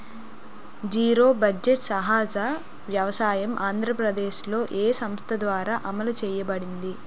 Zero budget సహజ వ్యవసాయం ఆంధ్రప్రదేశ్లో, ఏ సంస్థ ద్వారా అమలు చేయబడింది?